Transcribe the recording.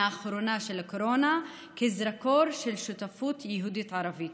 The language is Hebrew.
האחרונה של הקורונה כזרקור של שותפות יהודית וערבית.